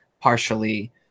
partially